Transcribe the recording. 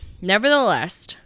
Nevertheless